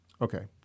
Okay